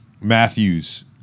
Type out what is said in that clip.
Matthew's